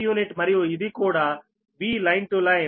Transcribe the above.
u మరియు ఇది కూడా VL LB